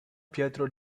pietro